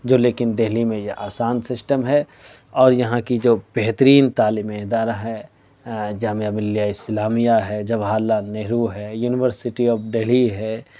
جو لیکن دہلی میں یہ آسان سسٹم ہے اور یہاں کی جو بہترین تعلیمی ادارہ ہے جامعہ ملیہ اسلامیہ ہے جواہر لعل نہرو ہے یونیورسٹی آف ڈلہی ہے